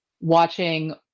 watching